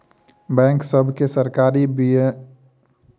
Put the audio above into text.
bank सभके सरकारी विनियमन के आधार पर काज करअ पड़ैत अछि